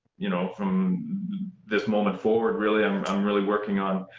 you know, from this moment forward really. i'm i'm really working on.